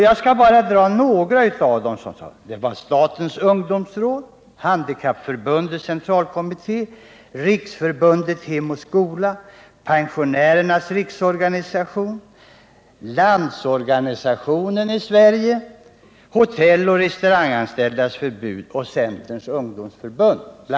Jag skall bara dra några av dem: Statens ungdomsråd, Handikappförbundets centralkommitté, Riksförbundet Hem och skola, Pensionärernas riksorganisation, Landsorganisationen i Sverige, Hotelloch restauranganställdas förbund och Centerns ungdomsförbund.